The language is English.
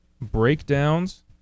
breakdowns